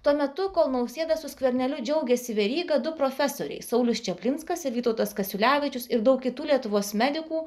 tuo metu kol nausėda su skverneliu džiaugėsi veryga du profesoriai saulius čaplinskas ir vytautas kasiulevičius ir daug kitų lietuvos medikų